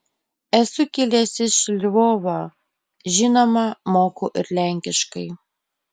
esu kilęs iš lvovo žinoma moku ir lenkiškai